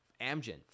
Amgen